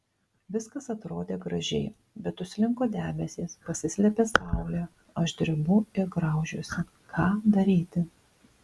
viskas atrodė gražiai bet užslinko debesys pasislėpė saulė aš drebu ir graužiuosi ką daryti